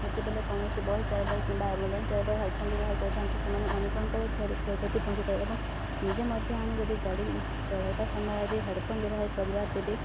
ଯେତେବେଲେ କୌଣସି bus driver କିମ୍ବା ଆମ୍ବୁଲାନ୍ସ ଡ୍ରାଇଭର୍ ହେଡ଼୍ଫୋନ୍ ବ୍ୟବହାର କରିଥାନ୍ତି ସେମାନେ ଅନେକଙ୍କ କ୍ଷତି ପହଞ୍ଚିଥାଏ ଏବଂ ନିଜେ ମଧ୍ୟ ଆମେ ଯଦି ଗାଡ଼ି ଚଳାଇବା ସମୟ ଆଜି ହେଡ଼୍ଫୋନ୍ ବ୍ୟବହାର କରିବା ତେବେ